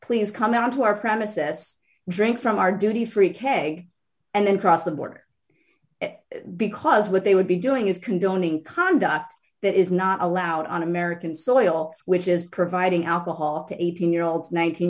please come into our premises drink from our duty free keg and then cross the border because what they would be doing is condoning conduct that is not allowed on american soil which is providing alcohol to eighteen year old